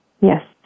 Yes